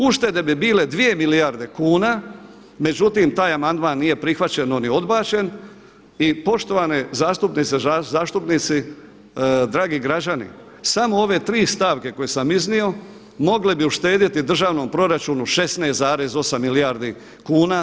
Uštede bi bile 2 milijarde kuna međutim taj amandman nije prihvaćen, on je odbačen i poštovane zastupnice i zastupnici, dragi građani samo ove 3 stavke koje sam iznio mogle bi uštedjeti državnom proračunu 16,8 milijardi kuna.